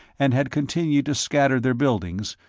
and had continued to scatter their buildings,